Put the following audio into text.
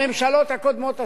הממשלות הקודמות אשמות.